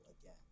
again